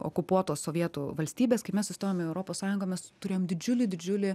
okupuotos sovietų valstybės kai mes įstojom į europos sąjungą mes turėjom didžiulį didžiulį